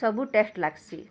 ସବୁ ଟେଷ୍ଟ୍ ଲାଗ୍ସି